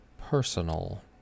personal